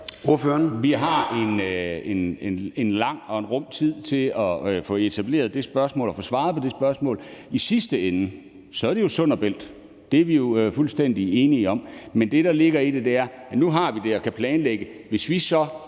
(KF): Vi har en lang og en rum tid til at få set på det spørgsmål og få svaret på det spørgsmål. I sidste ende er det jo Sund & Bælt. Det er vi fuldstændig enige om. Men det, der ligger i det, er, at nu har vi det og kan planlægge. Hvis vi så